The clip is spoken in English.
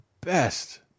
best